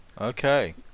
Okay